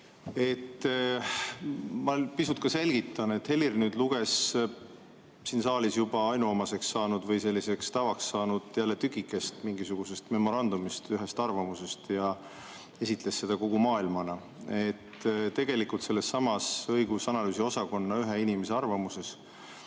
Ma pisut ka selgitan. Helir nüüd luges ette siin saalis juba ainuomaseks või selliseks tavaks saanud tükikest mingisugusest memorandumist või ühest arvamusest ja esitles seda kogu maailma [omana]. Tegelikult on sellessamas õigus- ja analüüsiosakonna ühe inimese arvamuses